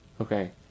Okay